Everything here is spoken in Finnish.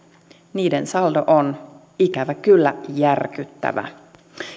niiden saldo on ikävä kyllä järkyttävä